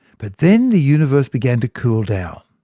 but then the universe began to cool down,